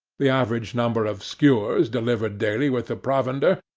the average number of skewers delivered daily with the provender,